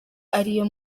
ariyo